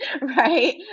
right